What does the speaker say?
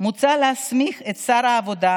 מוצע להסמיך את שר העבודה,